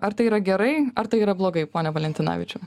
ar tai yra gerai ar tai yra blogai pone valentinavičiau